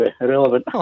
irrelevant